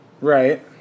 Right